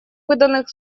выданных